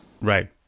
Right